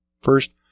First